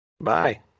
Bye